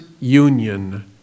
union